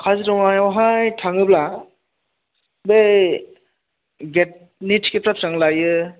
काजिरङायावहाय थाङोब्ला बै गेटनि टिकेटफ्रा बिसिबां लायो